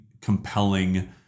compelling